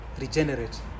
regenerate